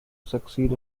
succeed